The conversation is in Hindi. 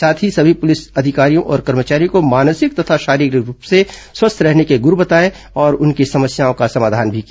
साथ ही सभी पुलिस अधिकारियों और कर्मचारियों को मानसिक तथा शारीरिक रूप से स्वस्थ रहने के गुर बताए और उनकी समस्याओं का समाधान भी किया